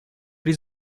при